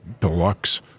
deluxe